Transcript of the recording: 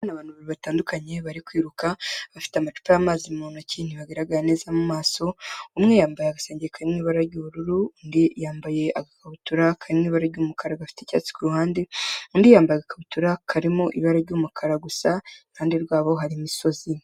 Aba ni abantu babiri batandukanye bari kwiruka bafite amacutara y'amazi mu ntoki ntibagaragara neza mu mumaso, umwe yambaye agasenge kari mu ibara ry'ubururu, undi yambaye agakabutura kari mu ibara ry'umukara gafite icyatsi ku ruhande, undi yambaye agakabutura karimo ibara ry'umukara gusa, iruhande rwabo hari imisozi.